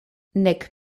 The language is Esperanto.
nek